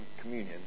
communion